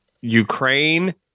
Ukraine